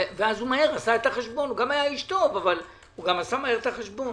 גם היה איש טוב אבל גם עשה מהר את החשבון.